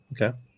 okay